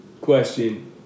question